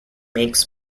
makes